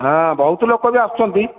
ହଁ ବହୁତ ଲୋକ ବି ଆସୁଛନ୍ତି